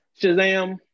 shazam